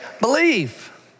Believe